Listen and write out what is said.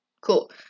cool